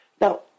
Now